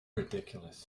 ridiculous